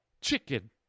chicken